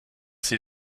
sie